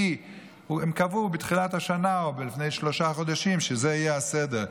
כי הם קבעו בתחילת השנה או לפני שלושה חודשים שזה יהיה הסדר.